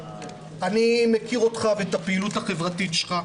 אני מכיר אותך ואת הפעילות החברתית שלך,